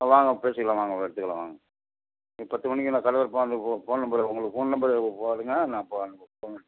ஆ வாங்க பேசிக்கலாம் வாங்க கொறைச்சிக்கலாம் வாங்க ஒரு பத்து மணிக்கு நாங்கள் கடை திறப்போம் அந்த ஃபோ ஃபோன் நம்பரை உங்களுக்கு ஃபோன் நம்பர் போடுங்க நான் ஃபோன் அடித்துட்டு வரேன்